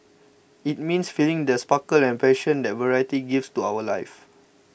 it means feeling the sparkle and passion that variety gives to our life